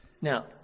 Now